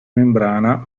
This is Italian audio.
membrana